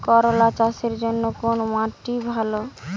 করলা চাষের জন্য কোন মাটি ভালো?